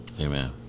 Amen